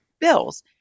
bills